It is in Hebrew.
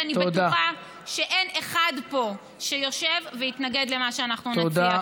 ואני בטוחה שאין אחד שיושב פה שיתנגד למה שאנחנו נציע.